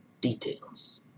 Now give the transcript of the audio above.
details